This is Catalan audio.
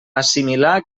assimilar